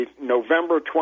November